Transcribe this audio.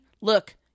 Look